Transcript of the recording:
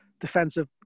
defensive